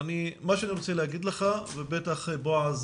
אבל מה שאני רוצה להגיד לך ובטח בועז,